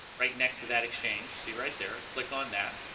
right next to that exchange see right there click on that